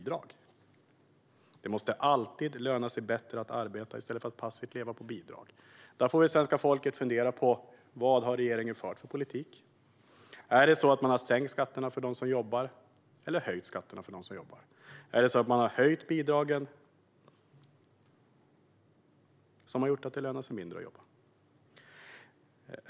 Det måste alltid löna sig att arbeta i stället för att passivt leva på bidrag. Svenska folket får fundera på vad regeringen har fört för politik. Är det så att man har sänkt eller höjt skatterna för dem som jobbar? Är det så att man har höjt bidragen som har gjort att det lönar sig mindre att jobba?